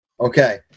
Okay